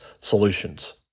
solutions